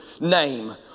name